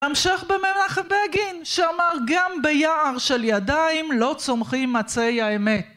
להמשך במלאכת בגין שאמר גם ביער של ידיים לא צומחים עצי האמת